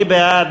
מי בעד?